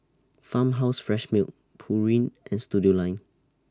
Farmhouse Fresh Milk Pureen and Studioline